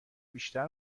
بیشتر